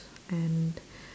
and